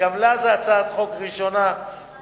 שגם לה זו הצעת חוק ראשונה בוועדה.